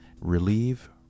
relieve